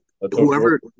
whoever